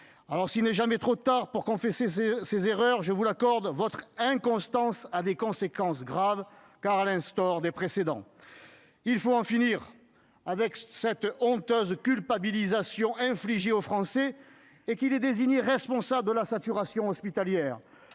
S'il n'est jamais trop tard pour confesser ses erreurs, votre inconstance a des conséquences graves, car elle instaure des précédents. Il faut en finir avec cette honteuse culpabilisation infligée aux Français, qui les désignait responsables de la saturation hospitalière.